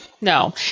no